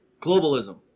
globalism